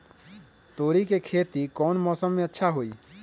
तोड़ी के खेती कौन मौसम में अच्छा होई?